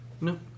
No